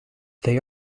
they